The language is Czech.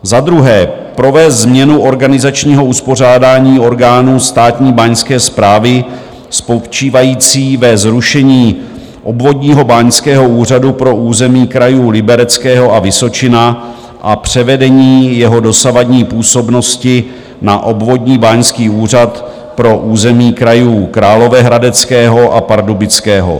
Za druhé, provést změnu organizačního uspořádání orgánů Státní báňské správy spočívající ve zrušení Obvodního báňského úřadu pro území krajů Libereckého a Vysočina a převedení jeho dosavadní působnosti na Obvodní báňský úřad pro území krajů Královéhradeckého a Pardubického.